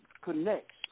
connects